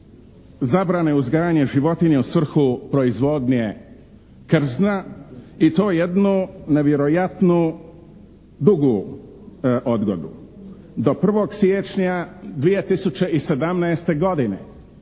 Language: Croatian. zabrane uzgajanja životinja u svrhu proizvodnje krzna i to jednu nevjerojatno dugu odgodu. Do 1. siječnja 2017. godine